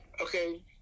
Okay